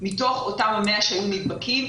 מתוך אותם ה-100 שהיו נדבקים,